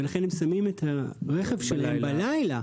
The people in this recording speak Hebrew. ולכן הם שמים את הרכב שלהם בלילה.